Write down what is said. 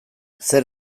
zer